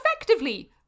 effectively